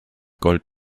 gold